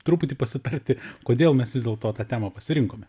truputį pasitarti kodėl mes vis dėlto tą temą pasirinkome